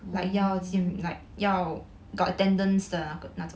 mm